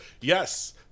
yes